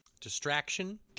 distraction